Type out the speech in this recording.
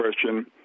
question